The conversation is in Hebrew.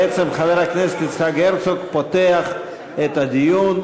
בעצם חבר הכנסת יצחק הרצוג פותח את הדיון,